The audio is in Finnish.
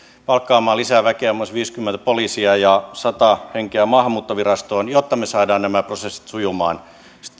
palkkaamaan lisää väkeä muun muassa viisikymmentä poliisia ja sata henkeä maahanmuuttovirastoon jotta me saamme nämä prosessit sujumaan